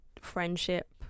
friendship